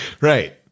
Right